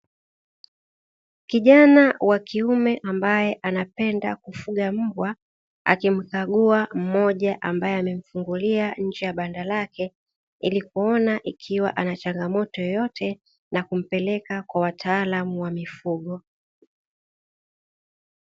Kijana wa kiume ambaye anapenda kufuga mbwa akimkagua mmoja ambaye amemfungulia nje ya banda lake, ili kuona ikiwa anachangamoto yoyote na kumpeleka kwa watalaamu wa mifugo.